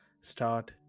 start